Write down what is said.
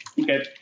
Okay